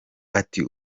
ati